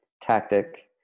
tactic